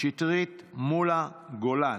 קטי קטרין שטרית, פטין מולה ומאי גולן,